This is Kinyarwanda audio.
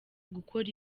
gukora